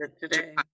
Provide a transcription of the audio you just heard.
today